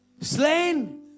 Slain